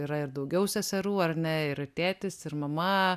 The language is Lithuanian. yra ir daugiau seserų ar ne ir tėtis ir mama